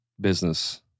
business